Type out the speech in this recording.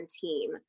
team